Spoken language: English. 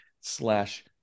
slash